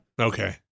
Okay